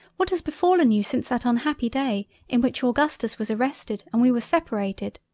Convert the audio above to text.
what has befallen you since that unhappy day in which augustus was arrested and we were separated